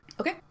Okay